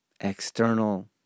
external